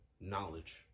knowledge